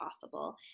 possible